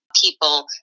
people